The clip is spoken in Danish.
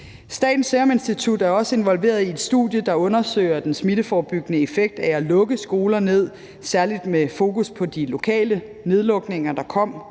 Statens Serum Institut er også involveret i et studie, der undersøger den smitteforebyggende effekt af at lukke skoler ned, særlig med fokus på de lokale nedlukninger, der kom